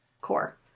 CORE